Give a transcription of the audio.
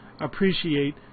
appreciate